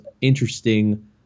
interesting